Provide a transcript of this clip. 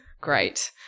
Great